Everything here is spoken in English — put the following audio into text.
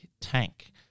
tank